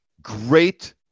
Great